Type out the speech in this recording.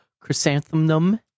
chrysanthemum